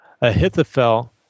Ahithophel